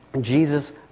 Jesus